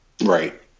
right